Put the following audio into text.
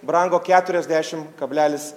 brango keturiasdešim kablelis